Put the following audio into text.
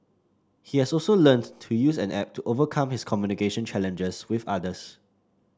he has also learnt to use an app to overcome his communication challenges with others